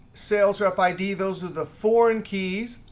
sales rep id, those are the foreign keys.